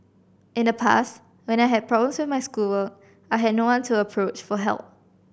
in the past when I had problems with my schoolwork I had no one to approach for help